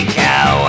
cow